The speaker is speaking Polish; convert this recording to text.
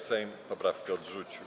Sejm poprawkę odrzucił.